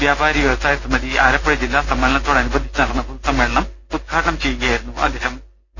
വ്യാപാരി വൃവസായി സമതി ആലപ്പുഴജില്ലാ സമ്മേളനത്തോട് അനുബന്ധിച്ച് നടന്ന പൊതു സമ്മേളനം ഉദ്ഘാടനം ചെയ്യുകയായിരുന്നു അദ്ദേഹം ്